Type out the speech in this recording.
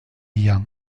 young